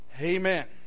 Amen